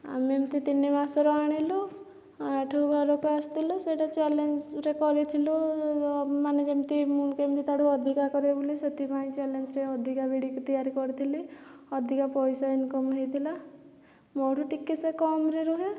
ଆମେ ଏମିତି ତିନିମାସରେ ଆଣିଲୁ ଘରକୁ ଆସିଥିଲୁ ସେଇଟା ଚ୍ୟାଲେଞ୍ଜରେ କରିଥିଲୁ ମାନେ ଯେମିତି ମୁଁ କେମିତି ତାଠୁ ଅଧିକା କରିବି ବୋଲି ସେଥିପାଇଁ ଚ୍ୟାଲେଞ୍ଜରେ ଅଧିକା ବିଡ଼ି ତିଆରି କରିଥିଲି ଅଧିକା ପଇସା ଇନକମ୍ ହେଇଥିଲା ମୋଠୁ ଟିକିଏ ସେ କମ୍ ରେ ରହେ